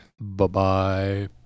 Bye-bye